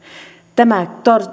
tämä